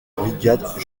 brigade